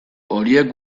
horiek